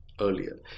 earlier